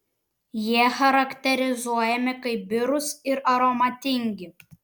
jie charakterizuojami kaip birūs ir aromatingi